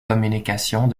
communications